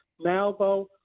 Malvo